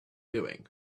doing